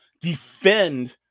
defend